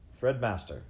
Threadmaster